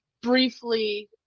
briefly